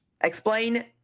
explain